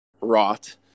rot